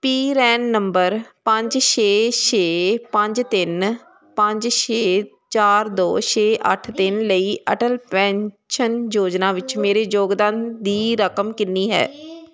PRAN number ਪੰਜ ਛੇ ਛੇ ਪੰਜ ਤਿੰਨ ਪੰਜ ਛੇ ਚਾਰ ਦੋ ਛੇ ਅੱਠ ਤਿੰਨ ਲਈ ਅਟਲ ਪੈਨਸ਼ਨ ਯੋਜਨਾ ਵਿੱਚ ਮੇਰੇ ਯੋਗਦਾਨ ਦੀ ਰਕਮ ਕਿੰਨੀ ਹੈ